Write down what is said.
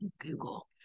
Google